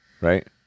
right